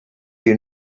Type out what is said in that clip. you